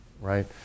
Right